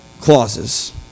clauses